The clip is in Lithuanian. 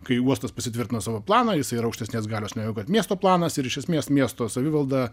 kai uostas pasitvirtino savo planą jisai yra aukštesnės galios negu kad miesto planas ir iš esmės miesto savivalda